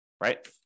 right